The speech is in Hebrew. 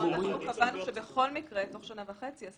ובכל מקרה לא